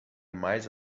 mais